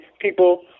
people